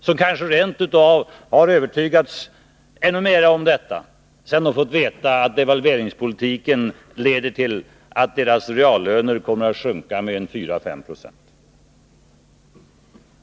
Man kanske rent av har övertygats ännu mera om detta sedan man fått veta att devalveringspolitiken leder till att reallönerna kommer att sjunka med 4 å SN.